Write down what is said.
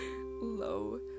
low